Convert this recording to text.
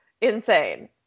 insane